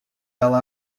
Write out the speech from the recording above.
ela